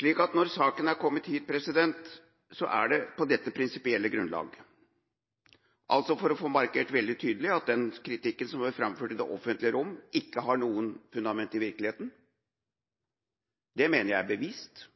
Så når saken har kommet hit, er det på dette prinsipielle grunnlag, altså for å få markert veldig tydelig at den kritikken som har vært framført i det offentlige rom, ikke har noe fundament i virkeligheten. Det mener jeg er bevist,